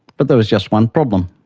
but there is just one problem.